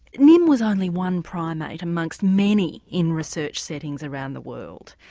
nim was only one primate amongst many in research settings around the world.